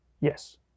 Yes